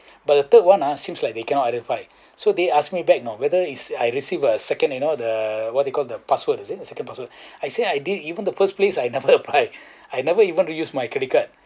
but the third one ah seems like they cannot identify so they ask me back you know whether is I receive a second you know the what you call the password is it the second password I say I didn't even the first place I never apply I never even to use my credit card